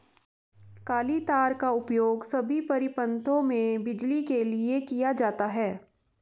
काली तार का उपयोग सभी परिपथों में बिजली के लिए किया जाता है